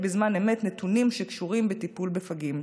בזמן אמת נתונים שקשורים בטיפול בפגים,